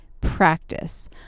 practice